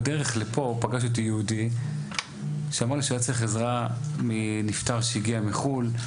בדרך לפה פגש אותי יהודי שאמר לי שהוא היה צריך עזרה מנפטר שהגיע מחו"ל,